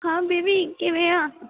ਹਾਂ ਬੇਬੀ ਕਿਵੇਂ ਆ